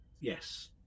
yes